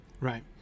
Right